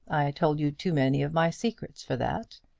i told you too many of my secrets for that.